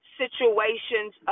situations